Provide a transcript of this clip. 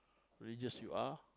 religious you are